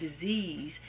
disease